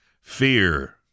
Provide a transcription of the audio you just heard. Fear